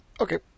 Okay